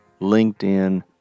LinkedIn